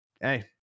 hey